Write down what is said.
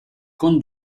con